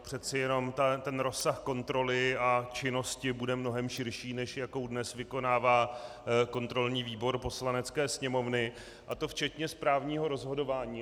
Přece jenom rozsah kontroly a činnosti bude mnohem širší, než jakou dnes vykonává kontrolní výbor Poslanecké sněmovny, a to včetně správního rozhodování.